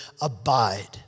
abide